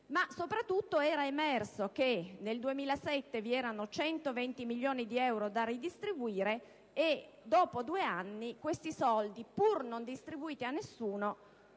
Soprattutto, era emerso che nel 2007 vi erano 120 milioni di euro da redistribuire e dopo due anni questi soldi, pur non distribuiti a nessuno,